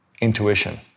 intuition